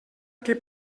que